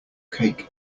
cake